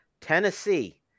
Tennessee